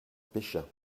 pêcha